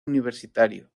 universitario